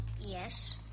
Yes